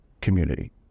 community